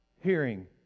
hearing